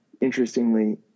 Interestingly